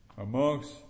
Amongst